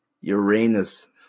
Uranus